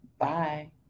Bye